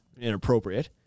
inappropriate